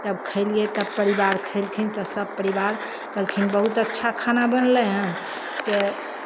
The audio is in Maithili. तब खेलियै तब परिवार खेलखिन तऽ सभ परिवार कहलखिन बहुत अच्छा खाना बनलै हन से